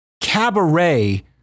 cabaret